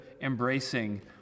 embracing